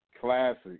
classic